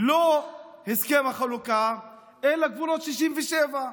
לא הסכם החלוקה אלא גבולות 67',